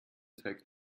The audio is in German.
trägt